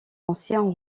anciens